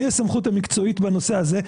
אני הסמכות המקצועית בנושא הזה.